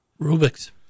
Rubik's